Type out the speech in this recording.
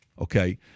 okay